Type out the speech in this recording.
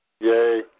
Yay